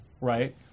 right